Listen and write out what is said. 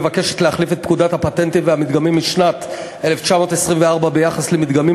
היא מבקשת להחליף את פקודת הפטנטים והמדגמים משנת 1924 ביחס למדגמים,